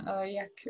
jak